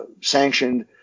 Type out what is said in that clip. sanctioned